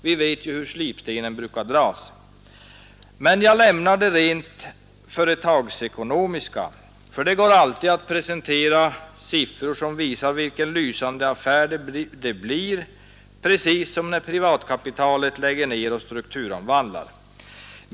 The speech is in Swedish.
Vi vet ju hur slipstenen brukar dras. Men jag lämnar det rent företagsekonomiska — för det går alltid att presentera siffror som visar vilken lysande affär det blir, precis som när privatkapitalet lägger ner och strukturomvandlar.